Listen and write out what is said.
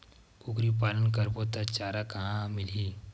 कुकरी पालन करबो त चारा कहां मिलही?